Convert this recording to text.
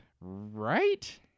Right